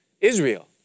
Israel